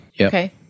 Okay